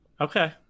Okay